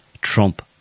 Trump